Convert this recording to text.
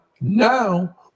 now